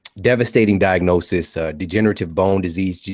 devastating diagnosis, degenerative bone disease, yeah